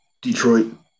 Detroit